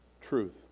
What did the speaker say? truth